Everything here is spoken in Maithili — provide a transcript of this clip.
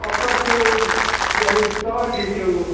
ओकर छै यानी सओ रुपैए छै ओ